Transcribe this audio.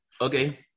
Okay